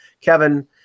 Kevin